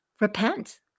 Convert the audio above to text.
repent